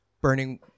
Burning